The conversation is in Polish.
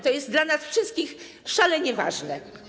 To jest dla nas wszystkich szalenie ważne.